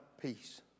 peace